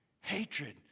Hatred